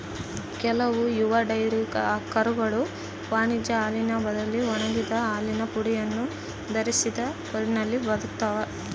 ಕೆಲವು ಯುವ ಡೈರಿ ಕರುಗಳು ವಾಣಿಜ್ಯ ಹಾಲಿನ ಬದಲಿ ಒಣಗಿದ ಹಾಲಿನ ಪುಡಿಯನ್ನು ಆಧರಿಸಿದ ಫೀಡ್ನಲ್ಲಿ ಬದುಕ್ತವ